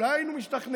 אולי היינו משתכנעים?